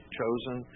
chosen